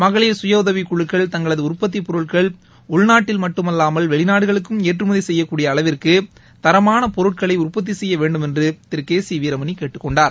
மகளிர் கய உதவிக் குழுக்கள் தங்களது உற்பத்திப் பொருட்கள் உள்நாட்டில் மட்டுமல்லாமல் வெளிநாடுகளுக்கும் ஏற்றுமதி சுசுய்யக்கூடிய அளவிற்கு தரமாள பொருட்களை உற்பத்தி சுசுய்ய வேண்டுமென்று திரு கே சி வீரமணி கேட்டுக் கொண்டார்